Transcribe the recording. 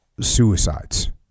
suicides